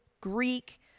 Greek